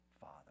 Father